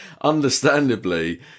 understandably